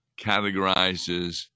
categorizes